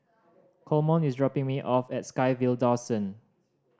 Coleman is dropping me off at SkyVille Dawson